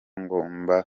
ngomba